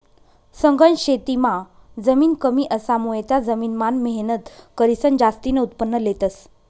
सघन शेतीमां जमीन कमी असामुये त्या जमीन मान मेहनत करीसन जास्तीन उत्पन्न लेतस